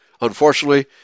Unfortunately